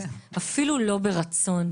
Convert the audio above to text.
אפילו לא ברצון.